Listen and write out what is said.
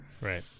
Right